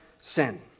sin